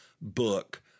book